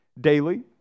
daily